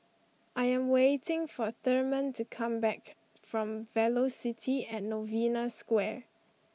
I am waiting for Therman to come back from Velocity at Novena Square